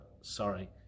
sorry